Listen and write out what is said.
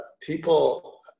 people